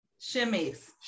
Shimmies